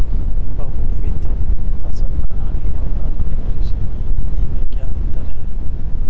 बहुविध फसल प्रणाली और आधुनिक कृषि की विधि में क्या अंतर है?